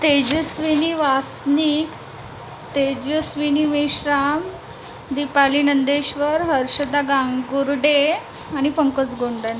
तेजस्विनी वासनिक तेजस्विनी मेश्राम दिपाली नंदेश्वर हर्षदा गांगुर्डे आणि पंकज गोंडणे